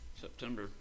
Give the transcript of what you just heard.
September